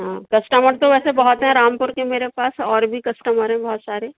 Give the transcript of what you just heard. ہاں کسٹمر تو ویسے بہت ہیں رامپور کے میرے پاس اور بھی کسٹمر ہیں بہت سارے